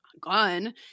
gun